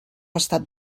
estat